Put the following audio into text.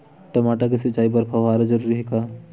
टमाटर के सिंचाई बर फव्वारा जरूरी हे का?